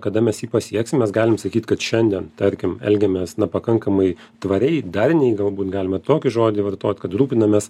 kada mes jį pasieksim mes galim sakyt kad šiandien tarkim elgiamės na pakankamai tvariai darniai galbūt galima tokį žodį vartot kad rūpinamės